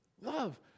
love